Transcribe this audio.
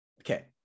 Okay